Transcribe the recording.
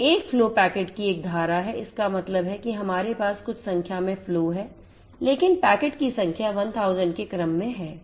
तो एक flow packet की एक धारा है इसका मतलब है कि हमारे पास कुछ संख्या में फ्लो है लेकिन पैकेट की संख्या 1000 के क्रम में है